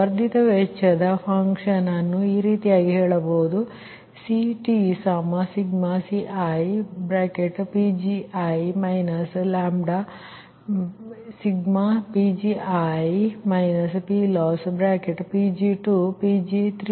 ವರ್ಧಿತ ವೆಚ್ಚದ ಫಂಕ್ಷನ್ ಅನ್ನು ಈ ರೀತಿಯಾಗಿ ಹೇಳಬಹುದು CTi1mCiPgi i1mPgi PLossPg2Pg3Pgm PL